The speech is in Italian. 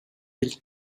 del